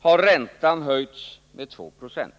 har räntan höjts med 2 26.